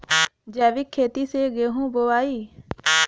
जैविक खेती से गेहूँ बोवाई